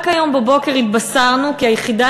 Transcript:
רק היום בבוקר התבשרנו כי היחידה